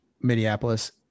Minneapolis